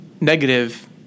negative